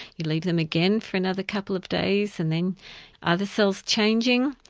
you leave them again for another couple of days and then are the cells changing?